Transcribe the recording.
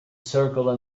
circle